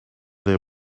their